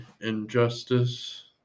injustice